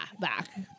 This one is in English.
back